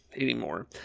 anymore